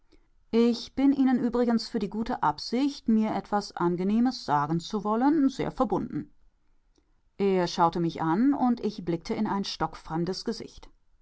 ich bin ihnen übrigens für die gute absicht mir etwas angenehmes sagen zu wollen sehr verbunden er schaute mich an und ich blickte in ein stockfremdes gesicht